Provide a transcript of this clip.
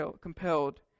compelled